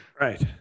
Right